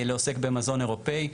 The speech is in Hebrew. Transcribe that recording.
לעסוק במזון אירופי.